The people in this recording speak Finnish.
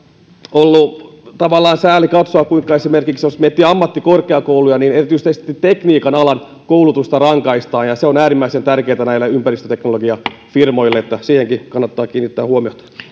ollut tavallaan sääli katsoa kuinka esimerkiksi jos miettii ammattikorkeakouluja erityisesti tekniikan alan koulutusta rangaistaan ja se on äärimmäisen tärkeätä näille ympäristöteknologiafirmoille siihenkin kannattaa kiinnittää huomiota